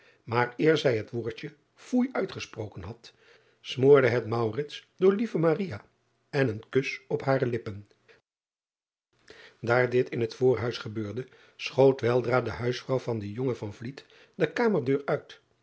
maar eer zij het woordje foei uitgesproken had smoorde het door lieve en een driaan oosjes zn et leven van aurits ijnslager kus op hare lippen aar dit in het voorhuis gebeurde schoot weldra de huisvrouw van den jongen de kamerdeur uit